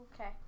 okay